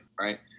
right